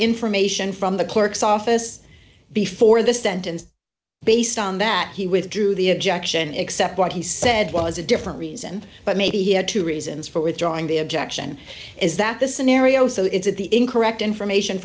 information from the clerk's office before the sentence based on that he withdrew the objection except what he said was a different reason but maybe he had two reasons for withdrawing the objection is that the scenario so is it the incorrect information